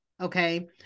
Okay